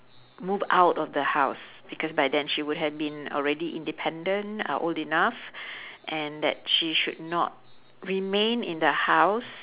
move out of the house because by then she would have been already independent uh old enough and that she should not remain in the house